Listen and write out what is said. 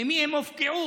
ממי הן הופקעו.